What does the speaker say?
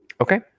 Okay